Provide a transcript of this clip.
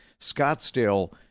scottsdale